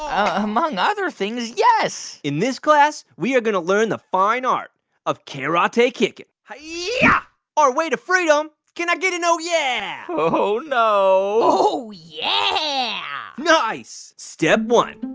ah among other things, yes in this class, we are going to learn the fine art of karate kickin'. hi-ya. yeah our way to freedom. can i get an oh, yeah? oh, no oh, yeah nice. step one,